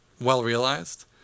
well-realized